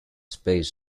space